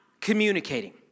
communicating